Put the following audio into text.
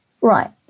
right